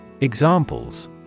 Examples